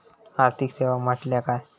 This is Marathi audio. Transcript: आर्थिक सेवा म्हटल्या काय?